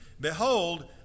Behold